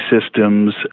systems